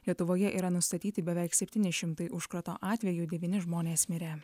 lietuvoje yra nustatyti beveik septyni šimtai užkrato atvejų devyni žmonės mirė